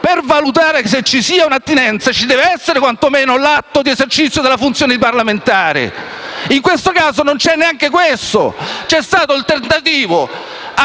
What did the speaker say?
per valutare se ci sia l'attinenza, ci deve essere quantomeno l'atto di esercizio della funzione di parlamentare. In detto caso non c'è neanche questo. C'è stato il tentativo